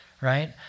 right